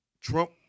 Trump